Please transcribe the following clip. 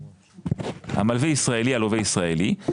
המלווה ישראלי והלווה ישראלי,